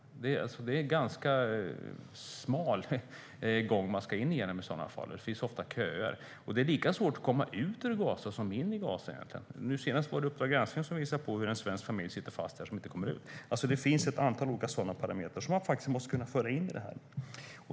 Det är en ganska smal gång man ska igenom i sådana fall. Det är ofta köer. Och det är lika svårt att komma ut ur Gaza som in i Gaza. Nu senast var det Upp drag granskning som visade hur en svensk familj sitter fast och inte kommer ut. Det finns ett antal olika parametrar som man faktiskt måste kunna föra in i det här.